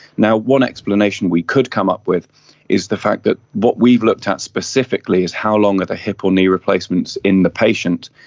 one explanation we could come up with is the fact that what we've looked at specifically is how long are the hip or knee replacements in the patient.